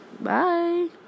Bye